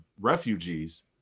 refugees